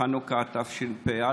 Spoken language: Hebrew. בחנוכה תשפ"א,